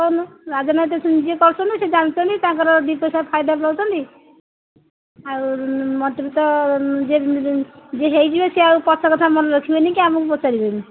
କହୁନୁ ରାଜନୀତି ଯିଏ କରୁଛନ୍ତି ସେ ଜାଣୁଛନ୍ତି ତାଙ୍କର ଦୁଇ ପଇସା ଫାଇଦା ପାଉଛନ୍ତି ଆଉ ମନ୍ତ୍ରି ତ ଯିଏ ଯିଏ ହେଇଯିବେ ସିଏ ଆଉ ପଛ କଥା ମନେ ରଖିବେନି କି ଆମକୁ ପଚାରିବେନି